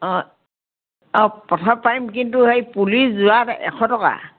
অঁ অঁ পঠাব পাৰিম কিন্তু সেই পুলি যোৰাত এশ টকা